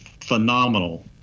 phenomenal